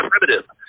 primitive